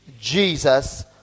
Jesus